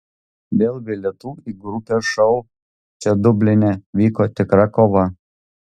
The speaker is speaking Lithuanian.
dėl bilietų į grupės šou čia dubline vyko tikra kova